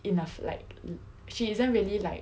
enough like she isn't really like